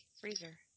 freezer